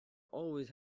always